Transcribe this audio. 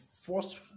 first